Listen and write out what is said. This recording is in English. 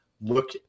look